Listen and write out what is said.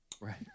Right